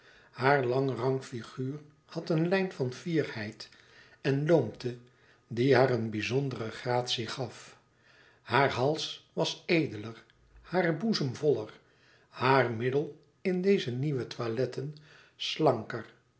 haar lang rank figuur had een lijn van fierheid en loomte die haar een bizondere gratie gaf haar hals was edeler haar boezem voller haar middel in deze nieuwe toiletten slanker